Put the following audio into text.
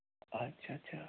ਅੱਛਾ ਅੱਛਾ